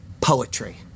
poetry